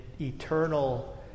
eternal